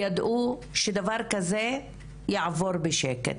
ידעו שדבר כזה יעבור בשקט.